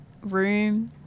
room